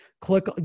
Click